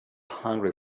hungry